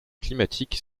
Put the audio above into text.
climatique